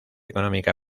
económica